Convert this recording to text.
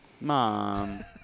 Mom